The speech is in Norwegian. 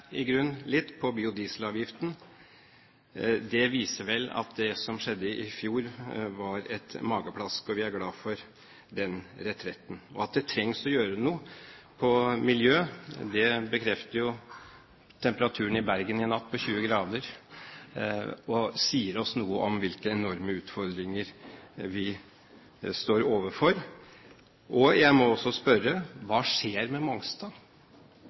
biodieselavgiften. Det viser vel at det som skjedde i fjor, var et mageplask. Og vi er glad for den retretten. Det trengs å gjøre noe på miljøområdet – det bekrefter jo temperaturen i Bergen i natt på 20 grader – og det sier oss noe om hvilke enorme utfordringer vi står overfor. Jeg må også spørre: Hva skjer med Mongstad?